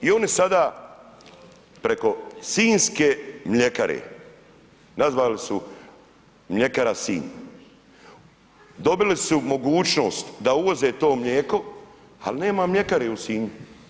I oni sada preko sinjske mljekare, nazvali su Mljekara Sinj, dobili su mogućnost da uvoze to mlijeko, ali nema mljekare u Sinju.